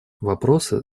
вопросы